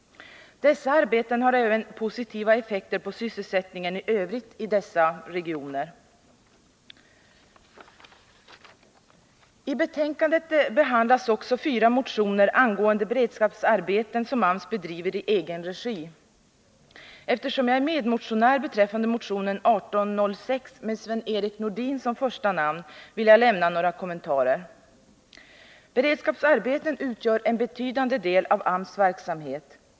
Dessa arbeten har även positiva effekter på sysselsättningen i övrigt i berörda regioner. I betänkandet behandlas också fyra motioner angående beredskapsarbeten som AMS bedriver i egen regi. Eftersom jag är medmotionär beträffande motionen 1806 med Sven-Erik Nordin som första namn vill jag lämna några kommentarer. Beredskapsarbeten utgör en betydande del av AMS verksamhet.